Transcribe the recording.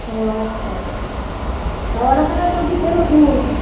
ও আচ্ছা খাবার ওখানেও তো দিতে হবে ফুল